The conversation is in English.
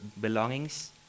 belongings